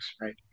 right